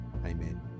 amen